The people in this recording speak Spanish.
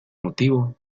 motivo